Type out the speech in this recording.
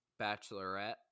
bachelorette